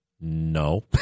No